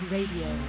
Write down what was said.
Radio